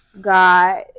God